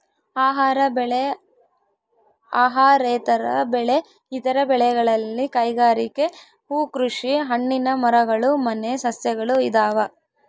ಆಹಾರ ಬೆಳೆ ಅಹಾರೇತರ ಬೆಳೆ ಇತರ ಬೆಳೆಗಳಲ್ಲಿ ಕೈಗಾರಿಕೆ ಹೂಕೃಷಿ ಹಣ್ಣಿನ ಮರಗಳು ಮನೆ ಸಸ್ಯಗಳು ಇದಾವ